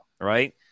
Right